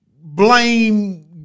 blame